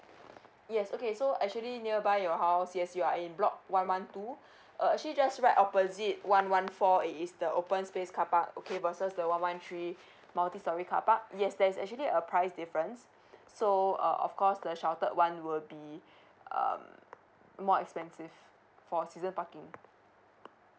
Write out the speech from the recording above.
yes okay so actually nearby your house yes you are in block one one two uh actually just right opposite one one four it is the open space carpark okay versus the one one three multistorey carpark yes there's actually a price difference so uh of course the sheltered one will be uh more expensive for season parking